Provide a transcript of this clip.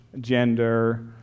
gender